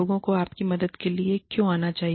लोगों को आपकी मदद के लिए क्यों आना चाहिए